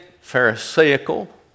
Pharisaical